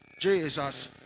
Jesus